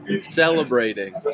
celebrating